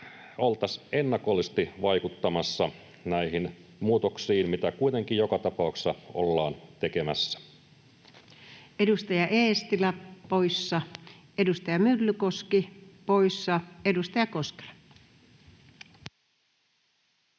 oltaisiin ennakollisesti vaikuttamassa näihin muutoksiin, mitä kuitenkin joka tapauksessa ollaan tekemässä. Edustaja Eestilä poissa, edustaja Myllykoski poissa. — Edustaja Koskela.